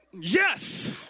Yes